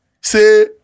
say